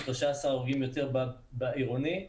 13 הרוגים יותר בעירוני.